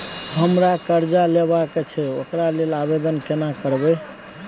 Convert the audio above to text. हमरा कर्जा लेबा के छै ओकरा लेल आवेदन केना करबै?